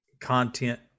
content